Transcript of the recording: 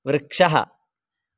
वृक्षः